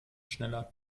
schneller